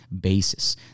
basis